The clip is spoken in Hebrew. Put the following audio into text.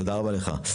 תודה רבה לך.